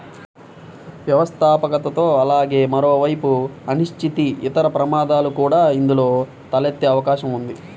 వ్యవస్థాపకతలో అలాగే మరోవైపు అనిశ్చితి, ఇతర ప్రమాదాలు కూడా ఇందులో తలెత్తే అవకాశం ఉంది